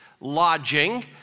lodging